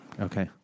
Okay